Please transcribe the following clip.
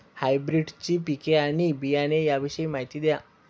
हायब्रिडची पिके आणि बियाणे याविषयी माहिती द्या